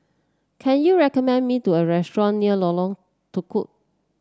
can you recommend me to a restaurant near Lorong Tukol